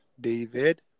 David